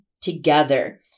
together